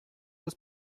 des